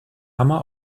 hammer